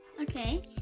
okay